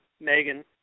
Megan